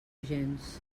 gens